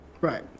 right